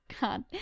God